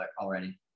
already